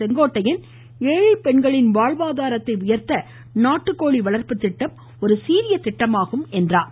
செங்கோட்டையன் ஏழைப் பெண்களின் வாழ்வாதாரத்தை உயா்த்த நாட்டுக்கோழி வளர்ப்பு திட்டம் ஒரு சீரிய திட்டமாகும் என்றார்